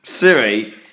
Siri